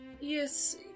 Yes